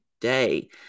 day